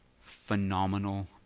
phenomenal